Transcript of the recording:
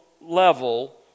level